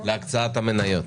להקצאת המניות?